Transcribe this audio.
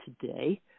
today